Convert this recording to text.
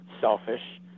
selfish